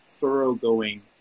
thoroughgoing